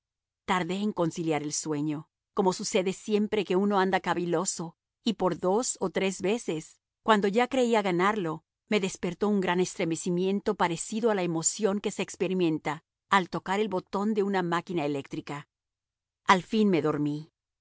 tardé en conciliar el sueño como sucede siempre que uno anda caviloso y por dos o tres veces cuando ya creía ganarlo me despertó un gran estremecimiento parecido a la emoción que se experimenta al tocar el botón de una máquina eléctrica al fin me dormí